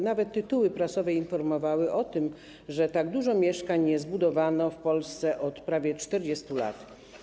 Nawet tytuły prasowe informowały o tym, że tak dużo mieszkań nie zbudowano w Polsce od prawie 40 lat.